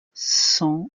cent